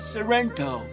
Sorento